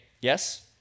Yes